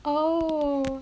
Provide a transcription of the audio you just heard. oh